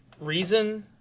reason